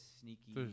sneaky